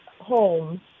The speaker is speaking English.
home